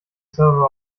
server